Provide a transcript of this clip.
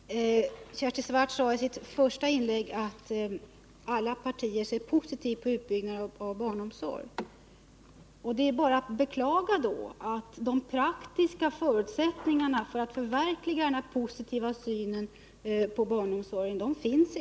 Herr talman! Kersti Swartz sade i sitt första inlägg att alla partier ser positivt på frågan om utbyggnad av barnomsorgen. Då är det bara att beklaga att de praktiska förutsättningarna för att förverkliga denna positiva syn på barnomsorgen inte finns.